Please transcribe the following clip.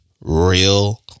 real